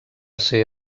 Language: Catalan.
ser